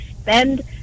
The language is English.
spend